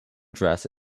dress